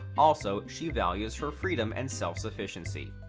also, she values her freedom and self-sufficiency.